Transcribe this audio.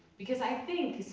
because i think,